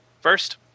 First